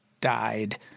died